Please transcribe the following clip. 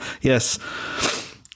Yes